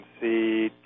see